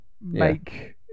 make